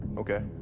okay.